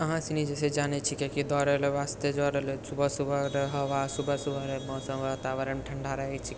अहाँ सनि जैसे जानै छी किएकि दोड़ै लए वास्ते दौड़ै लए सुबह सुबहरे हवा सुबह सुबहरे मौसम वातावरण ठण्डा रहै छिके